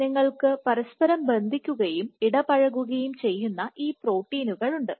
അതിനാൽ നിങ്ങൾക്ക് പരസ്പരം ബന്ധിക്കുകയും ഇടപഴകുകയും ചെയ്യുന്ന ഈ പ്രോട്ടീനുകളുണ്ട്